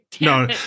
No